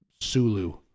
Sulu